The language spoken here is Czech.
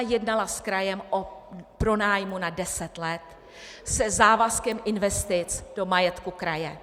Jednala s krajem o pronájmu na deset let se závazkem investic do majetku kraje.